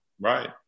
Right